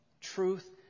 Truth